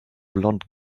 blonde